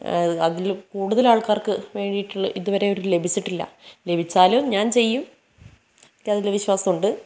അതിൽ കൂടുതൽ ആൾക്കാർക്ക് വേണ്ടിയിട്ടുള്ള ഇതുവരെ ഒരിത് ലഭിച്ചിട്ടില്ല ലഭിച്ചാലും ഞാൻ ചെയ്യും എനിക്ക് അതിൽ വിശ്വാസുണ്ട്